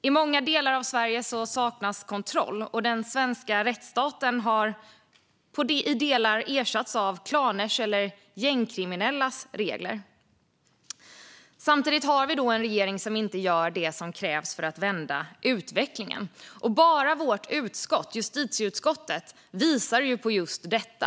I många delar av Sverige saknas kontroll, och den svenska rättsstaten har i delar ersatts av klaners eller gängkriminellas regler. Samtidigt har vi en regering som inte gör det som krävs för att vända utvecklingen. Och vårt utskott, justitieutskottet, visar på just detta.